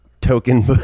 Token